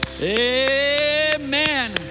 Amen